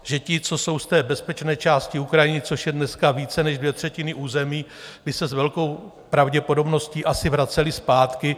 Že ti, co jsou z bezpečné části Ukrajiny, což je dneska více než dvě třetiny území, by se s velkou pravděpodobností asi vraceli zpátky.